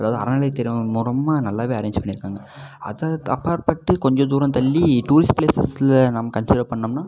அதாவது அறநிலைத்துறை மூலமாக நல்லாவே அரேஞ்ச் பண்ணிருக்காங்க அதை அப்பாற்பட்டு கொஞ்ச தூரம் தள்ளி டூரிஸ்ட் ப்ளேசஸ்ல நம்ம கன்சிடர் பண்ணோம்னா